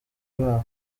babo